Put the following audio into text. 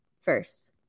first